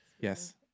Yes